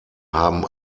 haben